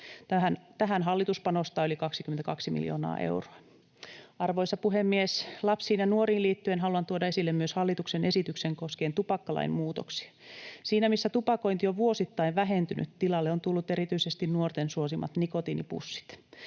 Tähän hallitus panostaa yli 22 miljoonaa euroa. Arvoisa puhemies! Lapsiin ja nuoriin liittyen haluan tuoda esille myös hallituksen esityksen koskien tupakkalain muutoksia. Siinä missä tupakointi on vuosittain vähentynyt, tilalle ovat tulleet erityisesti nuorten suosimat nikotiinipussit.